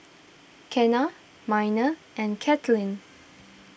Kenna Miner and Kaitlyn